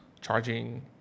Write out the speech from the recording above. charging